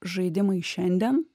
žaidimai šiandien